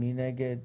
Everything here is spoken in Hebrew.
מי נגד?